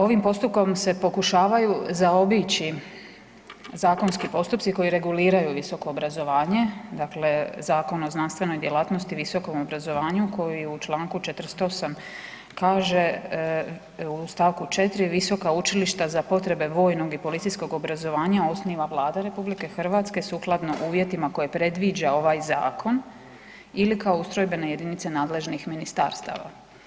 Ovim postupkom se pokušavaju zaobići zakonski postupci koji reguliraju visoko obrazovanje, dakle Zakon o znanstvenoj djelatnosti, visokom obrazovanju koji u čl. 48 kaže u st. 4. visoka učilišta za potrebe vojnog i policijskog obrazovanja osniva Vlada RH sukladno uvjetima koje predviđa ovaj zakon ili kao ustrojbene jedinice nadležnih ministarstava.